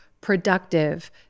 productive